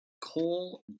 Cole